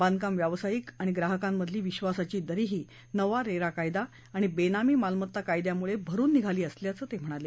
बांधकाम व्यावसायिक आणि ग्राहकांमधली विश्वासाची दरीही नवा रेरा कायदा आणि बेनामी मालमत्ता कायद्यामुळे भरुन निघाली असल्याचं ते म्हणाले